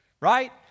right